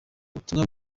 ubutumwa